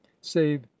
save